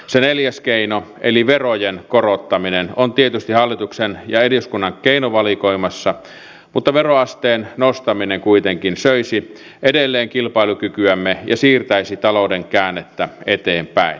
se neljäs keino eli verojen korottaminen on tietysti hallituksen ja eduskunnan keinovalikoimassa mutta veroasteen nostaminen kuitenkin söisi edelleen kilpailukykyämme ja siirtäisi talouden käännettä eteenpäin